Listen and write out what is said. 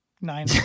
nine